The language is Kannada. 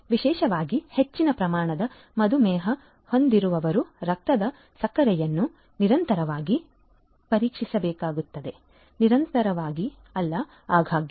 ವಿಶೇಷವಾಗಿ ಹೆಚ್ಚಿನ ಪ್ರಮಾಣದ ಮಧುಮೇಹ ಹೊಂದಿರುವವರು ರಕ್ತದ ಸಕ್ಕರೆಯನ್ನು ನಿರಂತರವಾಗಿ ಪರೀಕ್ಷಿಸಬೇಕಾಗಿರುತ್ತದೆ ನಿರಂತರವಾಗಿ ಅಲ್ಲ ಆಗಾಗ್ಗೆ